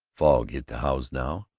fog hid the house now.